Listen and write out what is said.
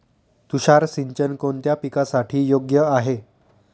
तुषार सिंचन कोणत्या पिकासाठी योग्य आहे?